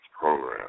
program